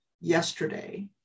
yesterday